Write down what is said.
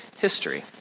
history